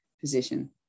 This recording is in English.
position